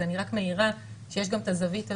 אז אני רק מעירה שיש גם את הזווית הזאת.